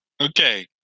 Okay